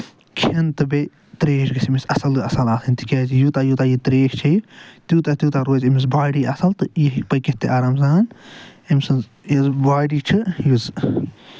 کھٮ۪ن تہٕ بیٚیہِ ترٮ۪ش گژھِ أمِس اَصٕل اَصٕل آسٕنۍ تِکیازِ یوٗتاہ یوٗتاہ یہِ تریش چٮ۪یہِ تیوٗتاہ تیوتاہ روزِ أمِس باڈی اَصٕل تہٕ یہِ ہٮ۪کہِ پٔکِتھ تہِ واریاہ آرام سان أمۍ سُند یُس باڈی چھُ یُس